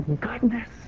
goodness